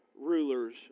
rulers